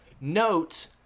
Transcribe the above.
Note